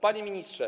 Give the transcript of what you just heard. Panie Ministrze!